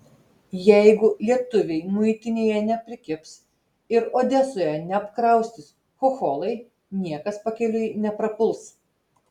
jeigu lietuviai muitinėje neprikibs ir odesoje neapkraustys chocholai niekas pakeliui neprapuls